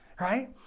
right